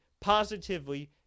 positively